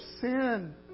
sin